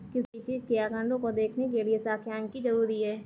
किसी भी चीज के आंकडों को देखने के लिये सांख्यिकी जरूरी हैं